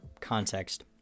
context